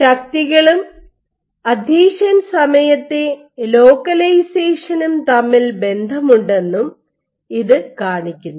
ശക്തികളും അഥീഷൻ സമയത്തെ ലോക്കലൈസേഷനും തമ്മിൽ ബന്ധമുണ്ടെന്നും ഇത് കാണിക്കുന്നു